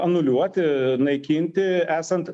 anuliuoti naikinti esant